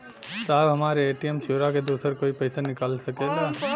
साहब हमार ए.टी.एम चूरा के दूसर कोई पैसा निकाल सकेला?